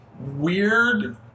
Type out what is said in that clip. weird